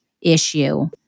issue